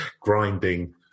grinding